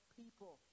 people